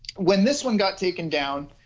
when this one got taken down,